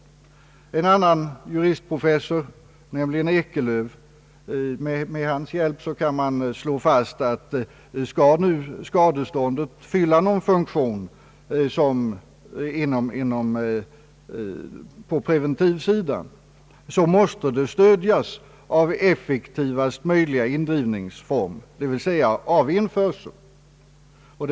Med en annan juristprofessors, nämligen Ekelöfs, hjälp kan man slå fast att skadeståndet, om det nu skall fylla någon preventiv funktion, måste stödjas av effektivast möjliga indrivningsform, dvs. av införsel.